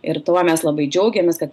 ir tuo mes labai džiaugiamės kad